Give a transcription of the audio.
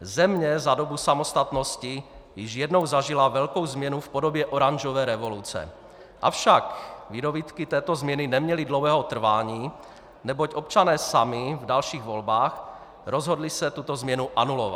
Země za dobu samostatnosti již jednou zažila velkou změnu v podobě oranžové revoluce, avšak výdobytky této změny neměly dlouhého trvání, neboť občané sami v dalších volbách se rozhodli tuto změnu anulovat.